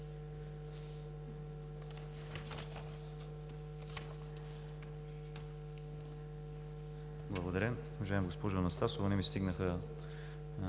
Благодаря.